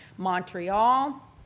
Montreal